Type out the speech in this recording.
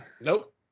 Nope